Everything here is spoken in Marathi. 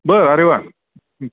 बरं अरे वा